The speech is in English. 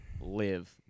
live